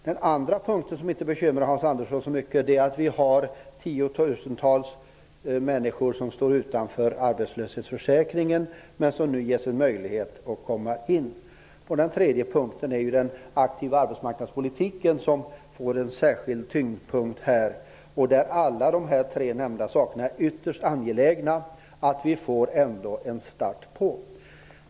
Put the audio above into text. Den andra punkt som inte bekymrade Hans Andersson så mycket var att vi har tiotusentals människor utanför arbetslöshetsförsäkringen, men som nu ges en möjlighet att komma in. Den tredje punkten är den aktiva arbetsmarknadspolitiken som får en särskild tyngdpunkt här. Det är ytterst angeläget att vi får en start på alla dessa tre saker.